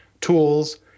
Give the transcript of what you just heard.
tools